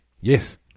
Yes